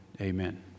Amen